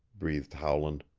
breathed howland.